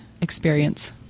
experience